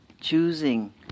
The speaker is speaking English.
Choosing